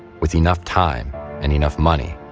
with enough time and enough money,